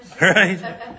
Right